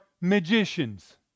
magicians